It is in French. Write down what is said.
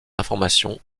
informations